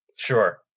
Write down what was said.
Sure